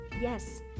Yes